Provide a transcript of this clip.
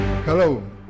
Hello